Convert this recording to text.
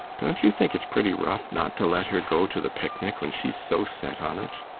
don't you think it's pretty rough not to let her go to the picnic when she's so set on it?